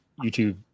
YouTube